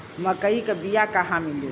मक्कई के बिया क़हवा मिली?